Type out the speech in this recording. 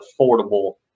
affordable